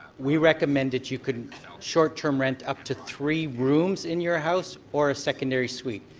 we recommend that you can short term rent up to three rooms in your house or a secondary suite.